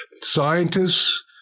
scientists